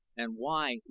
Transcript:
and why,